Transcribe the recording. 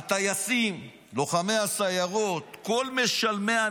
הטייסים, לוחמי הסיירות, כל משלמי המיסים,